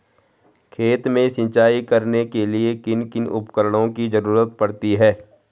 खेत में सिंचाई करने के लिए किन किन उपकरणों की जरूरत पड़ती है?